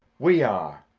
we are.